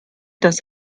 das